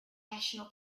national